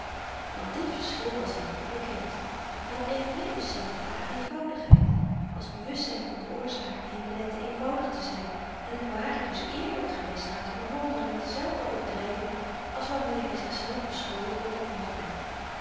want dit verschil was hem onbekend hy had evenmin besef van haar eenvoudigheid als bewustzyn van de oorzaken die hem beletten eenvoudig te zyn en t ware dus eerlyk geweest haar te bewonderen met dezelfde overdryving als waarmee hy zichzelf beschuldigde van lafheid